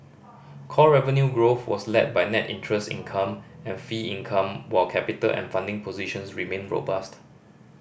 core revenue growth was led by net interest income and fee income while capital and funding positions remain robust